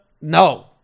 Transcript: No